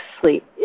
sleep